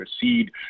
seed